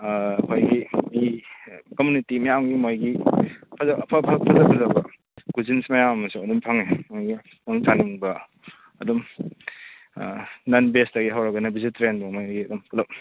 ꯑꯩꯈꯣꯏꯒꯤ ꯃꯤ ꯀꯃꯨꯅꯤꯇꯤ ꯃꯌꯥꯝꯒꯤ ꯃꯣꯏꯒꯤ ꯐꯖ ꯑꯐ ꯑꯐ ꯐꯖ ꯐꯖꯕ ꯀ꯭ꯌꯨꯁꯤꯟ ꯃꯌꯥꯝ ꯑꯃꯁꯨ ꯑꯗꯨꯝ ꯐꯪꯉꯦ ꯃꯣꯏꯒꯤ ꯅꯪ ꯆꯥꯅꯤꯡꯕ ꯑꯗꯨꯝ ꯅꯟ ꯚꯦꯁꯇꯒꯤ ꯍꯧꯔꯒꯅ ꯚꯦꯖꯤꯇꯦꯔꯤꯌꯟꯕꯣꯛ ꯃꯣꯏꯒꯤ ꯑꯗꯨꯝ ꯄꯨꯂꯞ